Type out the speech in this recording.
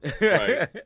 Right